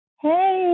Hey